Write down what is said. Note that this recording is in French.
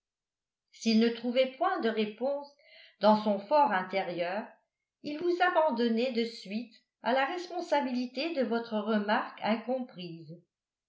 s'il ne trouvait point de réponse dans son for intérieur il vous abandonnait de suite à la responsabilité de votre remarque incomprise